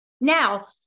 Now